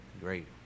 great